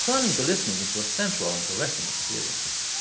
turning the listening into a sensual and caressing experience.